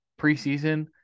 preseason